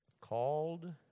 Called